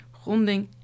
gronding